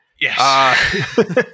Yes